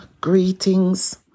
greetings